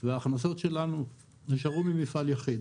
וההכנסות שלנו נשארו במפעל יחיד.